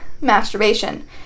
masturbation